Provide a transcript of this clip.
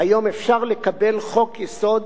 היום אפשר לקבל חוק-יסוד